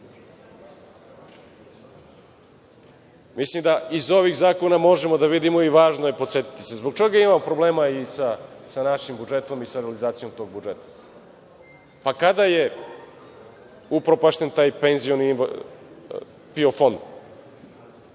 Srbiji. Mislim da iz ovih zakona možemo da vidimo i važno je podsetiti se zbog čega imamo problema sa našim budžetom i sa realizacijom tog budžeta. Kada je upropašten taj PIO fond?